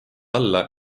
alla